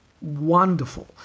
wonderful